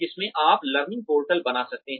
जिसमें आप learning portal बना सकते हैं